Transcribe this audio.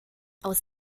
aus